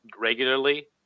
regularly